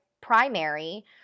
primary